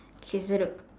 okay